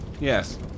yes